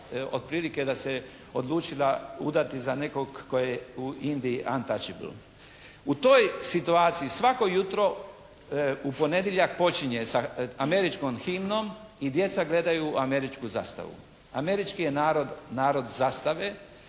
otprilike da se odlučila udati za nikog tko je u Indiji untouchabale. U toj situaciji svako jutro u ponedjeljak počinje sa američkom himnom i djeca gledaju američku zastavu. Američki je narod, narod zastave.